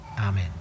Amen